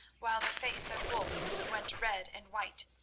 while the face of wulf went red and white,